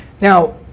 Now